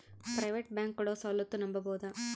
Private bank ಕೊಡೊ ಸೌಲತ್ತು ನಂಬಬೋದ?